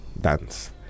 dance